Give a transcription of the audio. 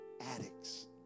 addicts